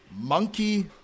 Monkey